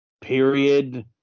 period